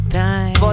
time